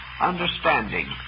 understanding